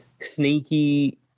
Sneaky